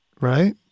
Right